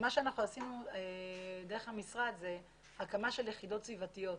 מה שעשינו במשרד זה הקמה של יחידות סביבתיות.